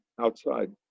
outside